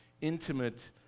intimate